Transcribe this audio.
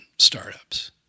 startups